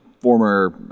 Former